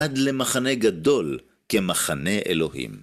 עד למחנה גדול כמחנה אלוהים.